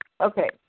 Okay